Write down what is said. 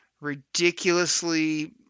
ridiculously